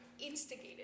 instigated